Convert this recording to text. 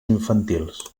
infantils